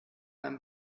einem